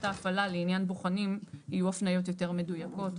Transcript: ההפעלה לעניין בוחנים יהיו הפניות יותר מדויקות.